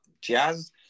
jazz